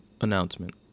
Announcement